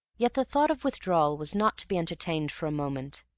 yet the thought of withdrawal was not to be entertained for a moment.